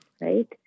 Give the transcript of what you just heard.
right